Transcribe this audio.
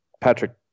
patrick